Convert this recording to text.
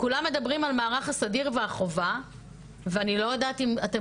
כולם מדברים על מערך הסדיר והחובה ואני לא יודעת אם אתם